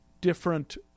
different